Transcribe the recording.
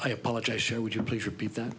i apologize show would you please repeat that